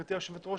גברתי היושבת ראש,